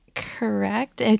Correct